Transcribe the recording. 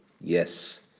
Yes